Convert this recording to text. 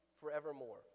forevermore